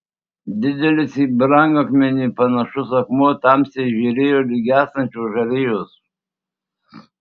didelis į brangakmenį panašus akmuo tamsiai žėrėjo lyg gęstančios žarijos